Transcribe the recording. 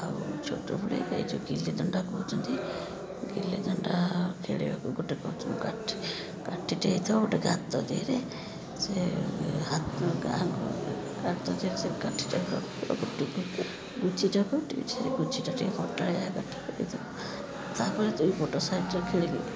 ଆଉ ଛୋଟବେଳେ ଏଇ ଯେଉଁ ଗିଲି ଦଣ୍ଡା କହୁଛନ୍ତି ଗିଲି ଦଣ୍ଡା ଖେଳିବାକୁ ଗୋଟେ ପ୍ରଥମେ କାଠି କାଠିଟେ ହେଇଥିବ ଗୋଟେ ଗାତ ଦେହରେ ସେ ଗାତ ଦେହରେ ସେ କାଠିଟାକୁ ଗୋଟି କରିକି ଗୁଜିଟାକୁ ଟିକେ ସେଇ ଗୁଜିଟା ଟିକେ କଟାଳିଆ କାଠିଟେ ହେଇଥିବ ତା'ପରେ ଦୁଇ ପଟ ସାଇଜ୍ରେ ଖେଳିବେ